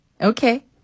okay